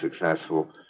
successful